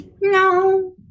No